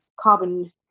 carbon